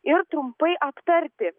ir trumpai aptarti